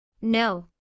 No